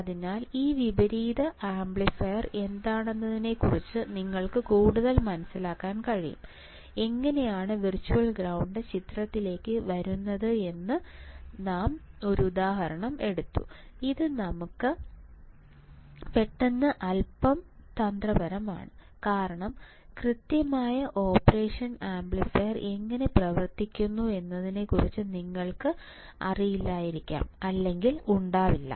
അതിനാൽ ഈ വിപരീത ആംപ്ലിഫയർ എന്താണെന്നതിനെക്കുറിച്ച് നിങ്ങൾക്ക് കൂടുതൽ മനസിലാക്കാൻ കഴിയും എങ്ങനെയാണ് വിർച്വൽ ഗ്രൌണ്ട് ചിത്രത്തിലേക്ക് വരുന്നത് എന്ന് ഞാൻ ഒരു ഉദാഹരണം എടുത്തു ഇത് നടുക്ക് പെട്ടെന്ന് അല്പം തന്ത്രപരമാണ് കാരണം കൃത്യമായി ഓപ്പറേഷൻ ആംപ്ലിഫയർ എങ്ങനെ പ്രവർത്തിക്കുന്നു എന്നതിനെക്കുറിച്ച് നിങ്ങൾക്ക് അറിയില്ലായിരിക്കാം അല്ലെങ്കിൽ ഉണ്ടാകില്ല